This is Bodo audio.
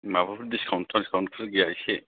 माबाफोर डिस्काउन्ट टिस्काउन्टफोर गैया एसे